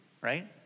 right